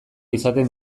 izaten